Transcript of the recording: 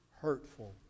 hurtful